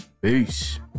Peace